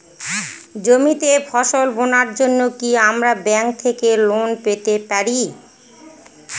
জমিতে ফসল বোনার জন্য কি আমরা ব্যঙ্ক থেকে লোন পেতে পারি?